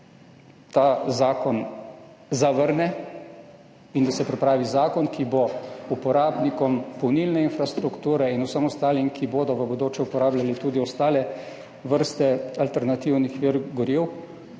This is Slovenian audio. se ta zakon zavrne in da se pripravi zakon, ki bo uporabnikom polnilne infrastrukture in vsem ostalim, ki bodo v bodoče uporabljali tudi ostale vrste alternativnih virov